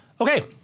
Okay